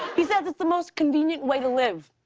he says it's the most convenient way to live,